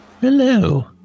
Hello